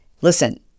Listen